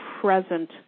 present